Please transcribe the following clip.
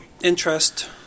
interest